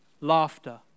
laughter